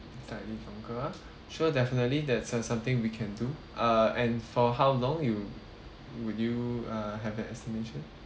slightly longer ah sure definitely that's something we can do ah and for how long you would you uh have an estimation